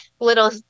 little